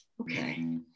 Okay